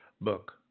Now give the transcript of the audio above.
book